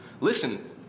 Listen